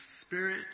Spirit